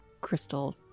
crystal